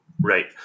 Right